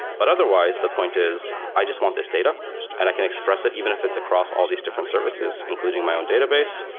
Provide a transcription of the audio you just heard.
but otherwise, the point is i just want this data and i can express it even if it's across all these different services including my own database,